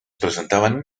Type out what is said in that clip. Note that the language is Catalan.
presentaven